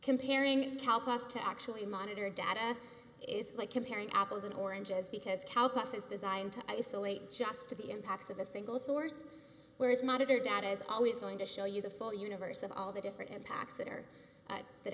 comparing top off to actually monitor data is like comparing apples and oranges because calcutta is designed to isolate just to be impacts of a single source whereas monitor data is always going to show you the full universe of all the different impacts that are that